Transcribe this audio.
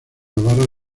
navarra